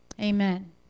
amen